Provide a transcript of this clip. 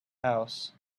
house